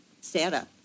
Sarah